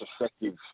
effective